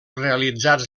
realitzats